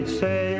say